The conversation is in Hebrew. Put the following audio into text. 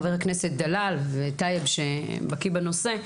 חבר הכנסת דלל וטייב שבקיא בנושא,